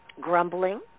grumbling